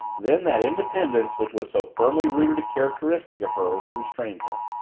then that independence which was so firmly rooted a characteristic of hers restrained her.